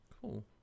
Cool